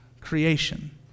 creation